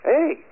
Hey